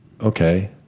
okay